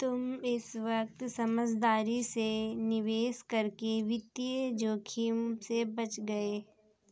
तुम इस वक्त समझदारी से निवेश करके वित्तीय जोखिम से बच गए